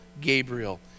Gabriel